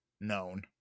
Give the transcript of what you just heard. known